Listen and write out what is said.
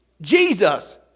Jesus